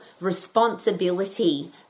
responsibility